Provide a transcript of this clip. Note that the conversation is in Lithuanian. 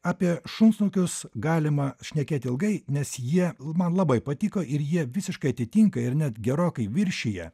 apie šunsnukius galima šnekėti ilgai nes jie man labai patiko ir jie visiškai atitinka ir net gerokai viršija